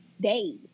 days